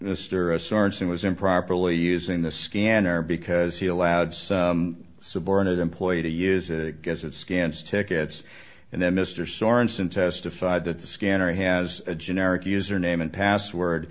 mr sorenson was improperly using the scanner because he allowed subordinate employee to use it guess it scans tickets and then mr sorenson testified that the scanner has a generic username and password